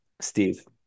steve